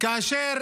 אשר